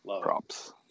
Props